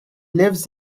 lives